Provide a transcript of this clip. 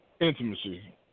intimacy